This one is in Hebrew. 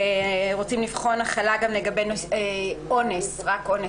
רוצים לבחון החלה גם לגבי אונס רק אונס